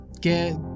get